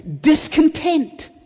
discontent